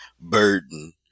burden